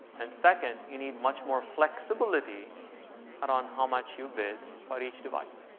and second, you need much more flexibility around how much you bid for each device.